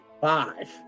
Five